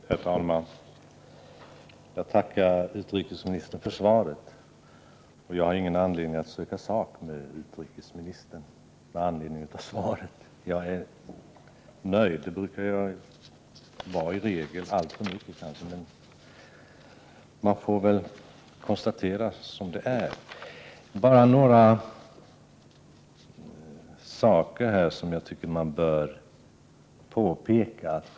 Herr talman! Jag tackar utrikesministern för svaret. Jag har ingen anledning att söka sak med utrikesministern med anledning av svaret. Jag är nöjd. Det brukar jag ju i regel vara — alltför ofta kanske. Men man får väl konstatera att det är som det är. Det är bara några påpekanden jag tycker att man måste göra.